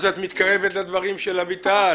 ככה את מתקרבת לדברים של אביטל.